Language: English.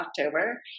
October